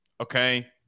Okay